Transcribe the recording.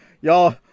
Y'all